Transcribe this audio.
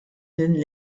din